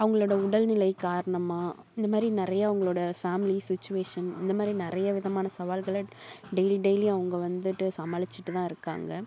அவங்களோட உடல் நிலை காரணமாக இந்த மாதிரி நிறைய அவங்களோட ஃபேமிலி சுச்சுவேஷன் இந்த மாதிரி நிறைய விதமான சவால்களை டெய்லி டெய்லியும் அவங்க வந்துட்டு சமாலிச்சுட்டு தான் இருக்காங்க